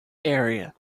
area